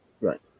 right